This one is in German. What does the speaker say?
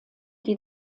die